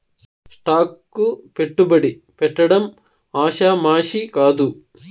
stock కు పెట్టుబడి పెట్టడం ఆషామాషీ కాదు